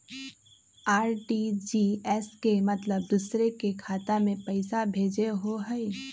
RTGS के मतलब दूसरे के खाता में पईसा भेजे होअ हई?